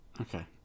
Okay